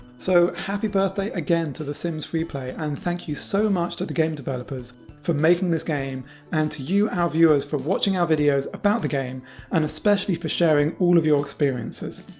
so happy birthday again to the sims freeplay, and thank you so much to the game developers for making this game and to you, our viewers, for watching our videos about the game and especially for sharing all of your experiences.